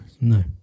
no